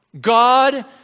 God